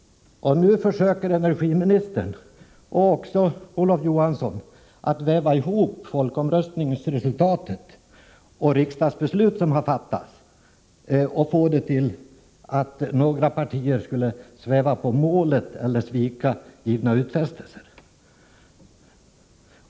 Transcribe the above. Nu försöker energiministern och även Olof Johansson att väva ihop folkomröstningens resultat och de riksdagsbeslut som har fattats och få detta till att några partier skulle sväva på målet eller svika givna utfästelser.